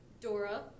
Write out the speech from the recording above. Dora